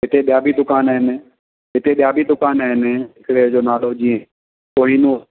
इते ॿिया बि दुकान आहिनि इते ॿिया बि दुकान आहिनि हिकड़े जो नालो जीअं कोहिनूर